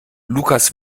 lukas